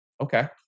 okay